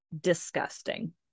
disgusting